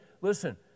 listen